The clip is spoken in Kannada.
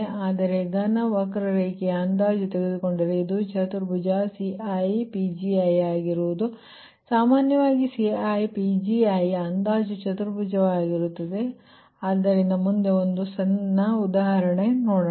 ಆದರೆ ಘನ ವಕ್ರರೇಖೆಯ ಅಂದಾಜು ತೆಗೆದುಕೊಂಡರೆ ಇದು ಚತುರ್ಭುಜ CiPgi ಆಗಿರುತ್ತದೆ ಆದರೆ ಸಾಮಾನ್ಯವಾಗಿ CiPgi ಅಂದಾಜು ಚತುರ್ಭುಜವಾಗಿರುತ್ತದೆ ಆದ್ದರಿಂದ ಮುಂದೆ ಒಂದು ಸಣ್ಣ ಉದಾಹರಣೆಯಲ್ಲಿ ನೋಡೋಣ